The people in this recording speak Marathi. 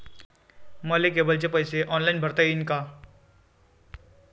मले केबलचे पैसे ऑनलाईन भरता येईन का?